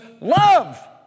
love